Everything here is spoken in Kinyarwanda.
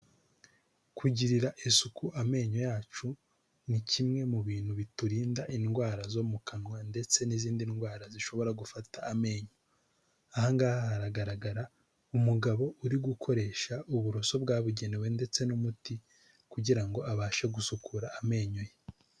Kugirira isuku amenyo yacu ni kimwe mu bintu biturinda indwara zo mu kanwa ndetse n'izindi ndwara zishobora gufata amenyo. Ahangaha haragaragara umugabo uri gukoresha uburoso bwabugenewe ndetse n'umuti kugira ngo abashe gusukura amenyo ye.